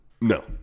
No